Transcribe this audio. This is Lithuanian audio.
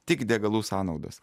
tik degalų sąnaudas